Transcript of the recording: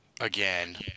again